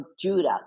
Judah